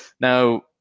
Now